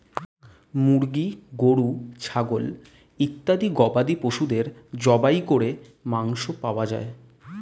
মুরগি, গরু, ছাগল ইত্যাদি গবাদি পশুদের জবাই করে মাংস পাওয়া যায়